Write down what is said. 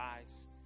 eyes